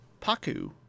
Paku